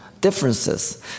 differences